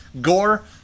Gore